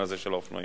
אופנוע